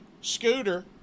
Scooter